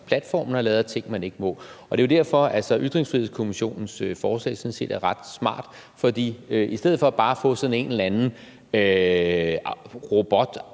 platformen har lavet. Det er jo derfor, at Ytringsfrihedskommissionens forslag sådan set er ret smart, for i stedet for bare at få sådan en eller anden